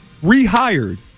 rehired